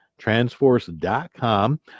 transforce.com